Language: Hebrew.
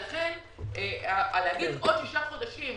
לכן להגיד עוד שישה חודשים,